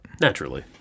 Naturally